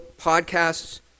podcasts